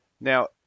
Now